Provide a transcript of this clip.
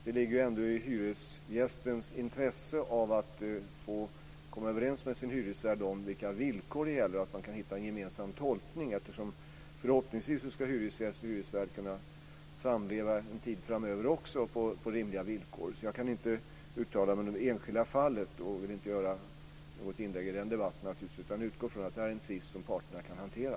Det ligger ändå i hyresgästens intresse att komma överens med sin hyresvärd om vilka villkor som gäller och hitta en gemensam tolkning. Förhoppningsvis ska hyresgäst och hyresvärd kunna samleva en tid framöver också på rimliga villkor. Jag kan inte uttala mig om det enskilda fallet. Jag vill inte göra något inlägg i den debatten. Jag utgår ifrån att detta är en tvist som parterna kan hantera.